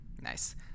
Nice